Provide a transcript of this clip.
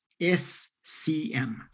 SCM